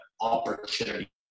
opportunity